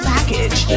Package